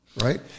Right